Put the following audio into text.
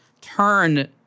turn